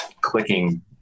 clicking